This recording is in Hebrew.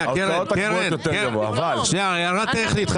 קרן, הערה טכנית.